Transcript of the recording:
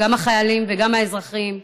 גם החיילים וגם האזרחים,